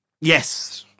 Yes